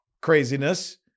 craziness